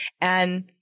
And-